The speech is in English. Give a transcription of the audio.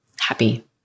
happy